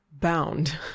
bound